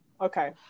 Okay